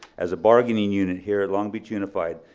as a bargaining unit here at long beach unified,